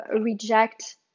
reject